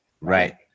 Right